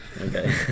Okay